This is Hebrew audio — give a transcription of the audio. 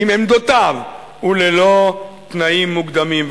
עמדותיו וללא תנאים מוקדמים.